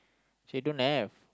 say don't have